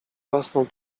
własną